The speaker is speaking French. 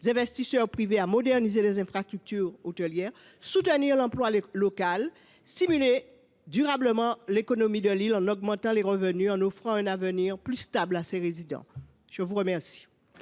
seraient incités à moderniser les infrastructures hôtelières, à soutenir l’emploi local et à stimuler durablement l’économie de l’île en augmentant les revenus et en offrant un avenir plus stable à ses résidents. Le sous amendement